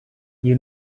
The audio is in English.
you